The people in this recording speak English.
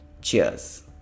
Cheers